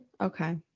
Okay